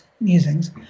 Musings